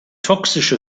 toxische